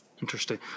Interesting